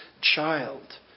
child